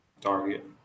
Target